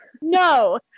no